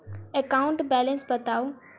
account balance बताउ